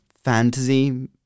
fantasy